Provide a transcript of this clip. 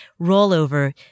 rollover